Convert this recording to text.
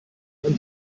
mein